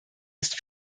ist